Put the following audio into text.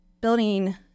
building